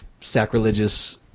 sacrilegious